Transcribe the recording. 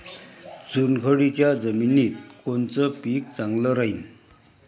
चुनखडीच्या जमिनीत कोनचं पीक चांगलं राहीन?